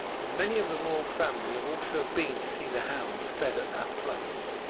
many of the royal family have also been to see the hounds fed at that place.